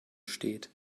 steht